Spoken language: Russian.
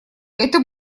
это